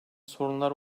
sorunlar